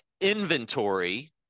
inventory